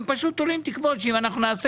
הם פשוט תולים תקוות שאם אנחנו נעשה